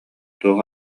туох